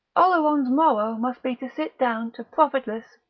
oleron's morrow must be to sit down to profitless,